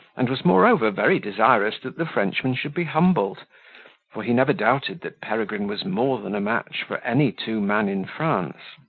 and was moreover very desirous that the frenchman should be humbled for he never doubted that peregrine was more than a match for any two men in france.